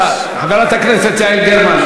חברת הכנסת יעל גרמן,